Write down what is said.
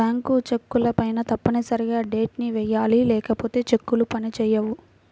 bank చెక్కులపైన తప్పనిసరిగా date ని వెయ్యాలి లేకపోతే చెక్కులు పని చేయవు